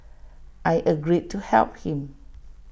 I agreed to help him